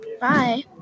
Bye